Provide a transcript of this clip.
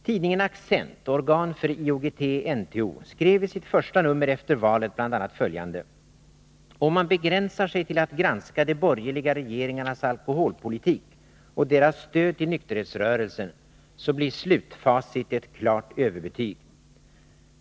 Tidningen Accent, organ för IOGT/NTO, skrev i sitt första nummer efter valet bl.a. följande: ”Om man begränsar sig till att granska de borgerliga regeringarnas alkoholpolitik och deras stöd till nykterhetsrörelsen så blir slutfacit ett klart överbetyg.